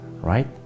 Right